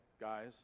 guys